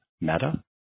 Meta